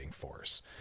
force